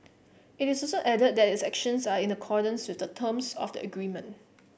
it also added that its actions are in accordance with the terms of the agreement